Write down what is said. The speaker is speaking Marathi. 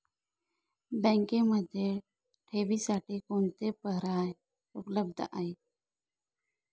बँकेमध्ये ठेवींसाठी कोणते पर्याय उपलब्ध आहेत?